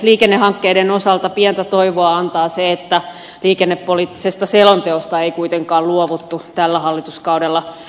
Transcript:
liikennehankkeiden osalta pientä toivoa antaa se että liikennepoliittisesta selonteosta ei kuitenkaan luovuttu tällä hallituskaudella